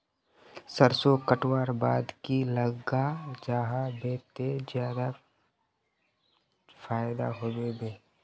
सरसों कटवार बाद की लगा जाहा बे ते ज्यादा फायदा होबे बे?